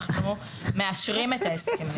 אנחנו מאשרים את ההסכמים.